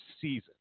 season